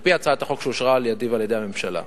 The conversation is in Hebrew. על-פי הצעת החוק שאושרה על-ידי ועל-ידי הממשלה,